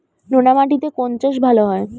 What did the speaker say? নোনা মাটিতে কোন চাষ ভালো হয়?